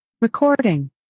Recording